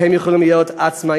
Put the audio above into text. שהם יכלו להיות עצמאים,